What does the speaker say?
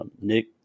Nick